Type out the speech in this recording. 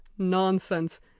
nonsense